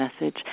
message